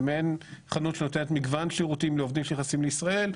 זה מעין חנות שנותנת מגוון שירותים לעובדים שנכנסים לישראל,